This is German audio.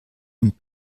und